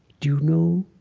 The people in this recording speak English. do you know,